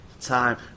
Time